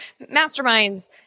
masterminds